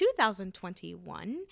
2021